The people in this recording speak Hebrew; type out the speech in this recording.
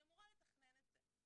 היא אמורה לתכנן את זה.